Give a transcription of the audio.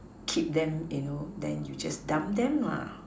keep them you know then you just dump them